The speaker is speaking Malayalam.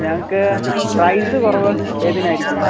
ഞങ്ങൾക്ക് പ്രൈസ് കുറവ് ഏതിനായിരിക്കും